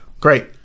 great